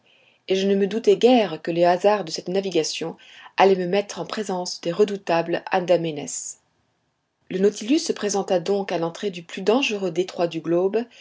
et je ne me doutais guère que les hasards de cette navigation allaient me mettre en présence des redoutables andamenes le nautilus se présenta donc à l'entrée du plus dangereux détroit du globe